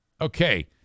Okay